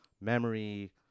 memory